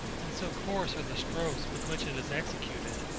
and so coarse are the strokes with which it is executed.